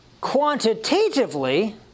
Quantitatively